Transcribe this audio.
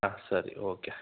ಹಾಂ ಸರಿ ಓಕೆ